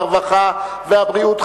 הרווחה והבריאות,